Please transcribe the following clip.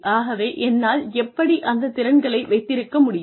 ஆகவே என்னால் எப்படி அந்த திறன்களை வைத்திருக்க முடியும்